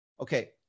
Okay